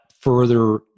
further